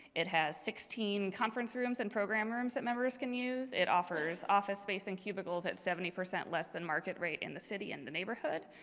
it has sixteen conference rooms and program rooms that members can use. it offers office space and cubicles at seventy percent less than market rate in the city in the neighborhood.